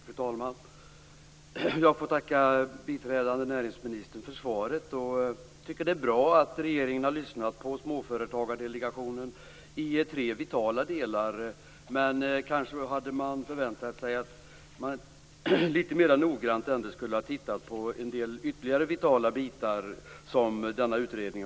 Fru talman! Jag får tacka biträdande näringsministern för svaret. Det är bra att regeringen har lyssnat på Småföretagsdelegationen när det gäller tre vitala delar, men jag hade kanske förväntat mig att man lite mer noggrant skulle ha tittat ytterligare på andra vitala delar från denna utredning.